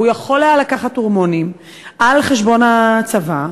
והוא יכול היה לקחת הורמונים על חשבון הצבא,